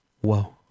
Whoa